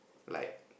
like